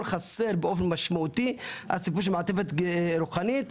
חסר באופן משמעותי הסיפור של מעטפת רוחנית,